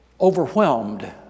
overwhelmed